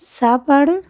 சாப்பாடு